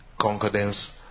concordance